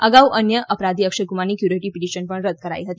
અગાઉ અન્ય અપરાધી અક્ષયકુમારની ક્યુરેટીવ પીટીશન પણ રદ્દ કરાઇ હતી